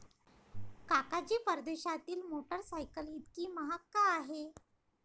काका जी, परदेशातील मोटरसायकल इतकी महाग का आहे?